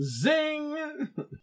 Zing